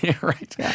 Right